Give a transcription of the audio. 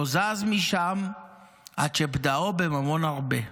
לא זז משם עד שפדאו בממון הרבה,